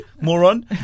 moron